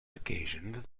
occasions